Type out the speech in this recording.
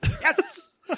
Yes